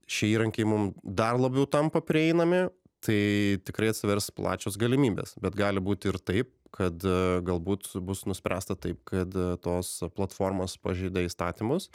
šie įrankiai mum dar labiau tampa prieinami tai tikrai atsivers plačios galimybės bet gali būti ir taip kad galbūt bus nuspręsta taip kad tos platformos pažeidė įstatymus